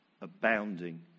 abounding